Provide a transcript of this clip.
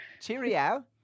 Cheerio